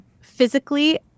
physically